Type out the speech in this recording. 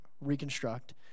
reconstruct